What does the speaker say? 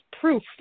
proof